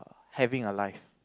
having a life